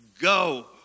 go